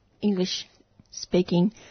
English-speaking